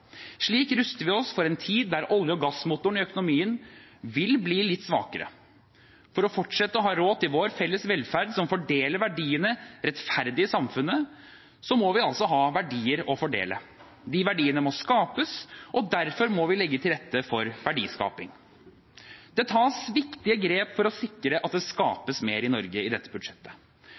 Slik ruster vi oss for en tid der olje- og gassmotoren i økonomien vil bli litt svakere. For å fortsette å ha råd til vår felles velferd som fordeler verdiene rettferdig i samfunnet, må vi ha verdier å fordele. De verdiene må skapes, og derfor må vi legge til rette for verdiskaping. Det tas viktige grep i budsjettet for å sikre at det skapes mer i Norge.